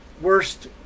worst